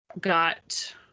got